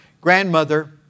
grandmother